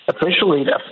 Officially